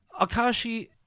Akashi